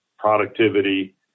Productivity